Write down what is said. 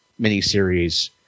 miniseries